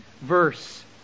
verse